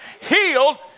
healed